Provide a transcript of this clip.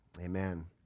amen